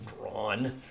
drawn